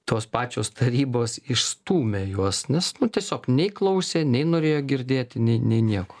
tos pačios tarybos išstūmė juos nes tiesiog nei klausė nei norėjo girdėti nei nei nieko